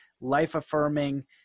life-affirming